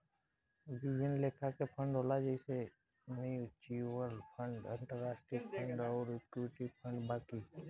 विभिन्न लेखा के फंड होला जइसे म्यूच्यूअल फंड, अंतरास्ट्रीय फंड अउर इक्विटी फंड बाकी